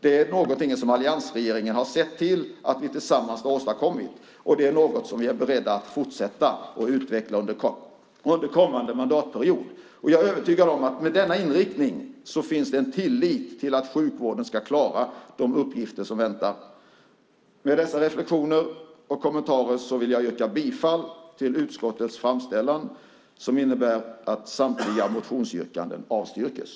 Det här är någonting som alliansregeringen har sett till att vi tillsammans har åstadkommit, och detta är något som vi är beredda att fortsätta att utveckla under kommande mandatperiod. Jag är övertygad om att det med denna inriktning finns en tillit till att sjukvården ska klara de uppgifter som väntar. Med dessa reflektioner och kommentarer vill jag yrka bifall till utskottets förslag som innebär att samtliga motionsyrkanden avstyrks.